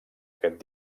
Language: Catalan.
aquest